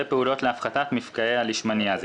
ופעולות להפחתת מפגעי הלישמניאזיס.